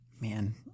Man